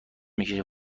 میکشه